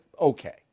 okay